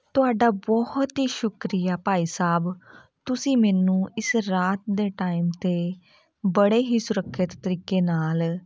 ਤੁਹਾਡਾ ਬਹੁਤ ਹੀ ਸ਼ੁਕਰੀਆ ਭਾਈ ਸਾਹਿਬ ਤੁਸੀਂ ਮੈਨੂੰ ਇਸ ਰਾਤ ਦੇ ਟਾਈਮ 'ਤੇ ਬੜੇ ਹੀ ਸੁਰੱਖਿਅਤ ਤਰੀਕੇ ਨਾਲ